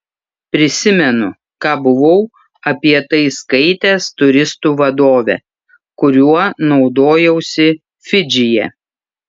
prisimenu ką buvau apie tai skaitęs turistų vadove kuriuo naudojausi fidžyje